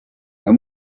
are